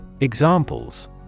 Examples